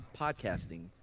podcasting